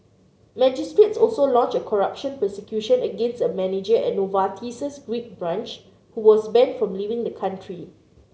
magistrates also launched a corruption prosecution against a manager at Novartis's Greek branch who was banned from leaving the country